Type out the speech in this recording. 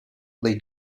lead